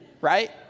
right